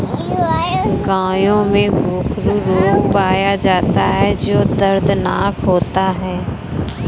गायों में गोखरू रोग पाया जाता है जो दर्दनाक होता है